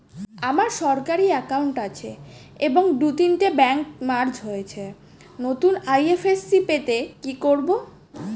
আমার সরকারি একাউন্ট আছে এবং দু তিনটে ব্যাংক মার্জ হয়েছে, নতুন আই.এফ.এস.সি পেতে কি করব?